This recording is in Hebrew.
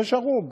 ויש הרוג.